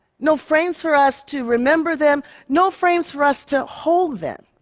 no frames for us to remember them, no frames for us to hold them.